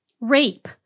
rape